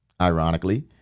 ironically